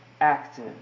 active